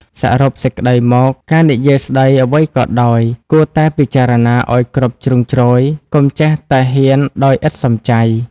សរុបសេចក្ដីមក ការនិយាយស្ដីអ្វីក៏ដោយ គួរតែពិចារណាឱ្យគ្រប់ជ្រុងជ្រោយ កុំចេះតែហ៊ានដោយឥតសំចៃ។